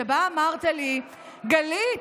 שבה אמרת לי: גלית,